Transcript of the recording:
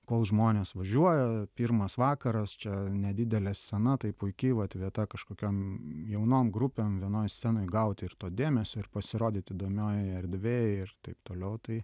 kol žmonės važiuoja pirmas vakaras čia nedidelė scena tai puiki vat vieta kažkokiom jaunom grupėm vienoj scenoj gauti ir to dėmesio ir pasirodyti įdomioj erdvėj ir taip toliau tai